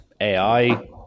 AI